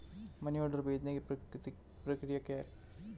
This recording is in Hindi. मनी ऑर्डर भेजने की प्रक्रिया क्या है?